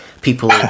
people